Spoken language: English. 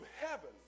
heaven